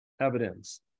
evidence